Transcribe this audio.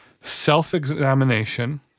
self-examination